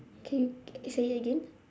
can say it again